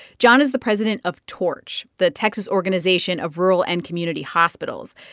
john is the president of torch, the texas organization of rural and community hospitals.